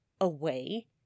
away